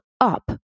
up